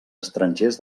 estrangers